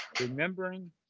remembering